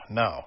no